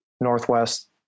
Northwest